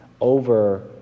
over